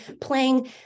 playing